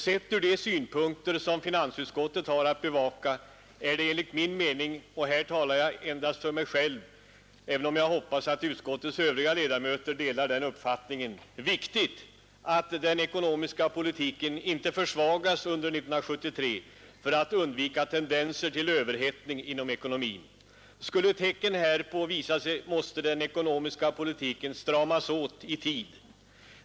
Sett ur de synpunkter som finansutskottet har att bevaka är det enligt min mening — och här talar jag endast för mig själv, även om jag hoppas att utskottets övriga ledamöter delar denna uppfattning — viktigt att den ekonomiska politiken inte försvagas under 1973 för att undvika tendenser till överhettning inom ekonomin. Skulle tecken härtill visa sig måste den ekonomiska politiken stramas åt i tid.